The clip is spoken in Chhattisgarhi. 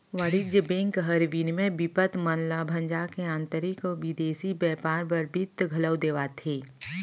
वाणिज्य बेंक हर विनिमय बिपत मन ल भंजा के आंतरिक अउ बिदेसी बैयपार बर बित्त घलौ देवाथे